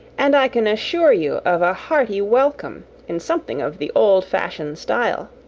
and i can assure you of a hearty welcome in something of the old-fashion style.